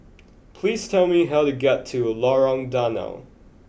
please tell me how to get to Lorong Danau